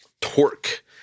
torque